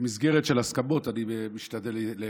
במסגרת של הסכמות אני משתדל לקצר.